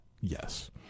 Yes